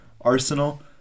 arsenal